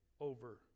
over